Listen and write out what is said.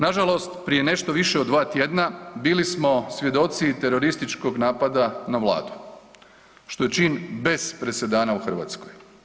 Nažalost prije nešto više od 2 tjedna bilo smo svjedoci i terorističkog napada na Vladu što je čin bez presedana u Hrvatskoj.